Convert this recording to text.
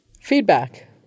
Feedback